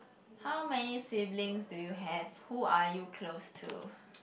how many siblings do you have who are you close to